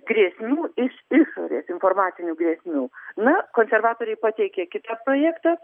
grėsmių iš išorės informacinių grėsmių na konservatoriai pateikė kitą projektą